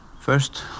First